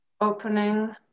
opening